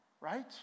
Right